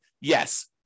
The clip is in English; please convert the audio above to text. yes